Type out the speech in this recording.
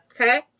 Okay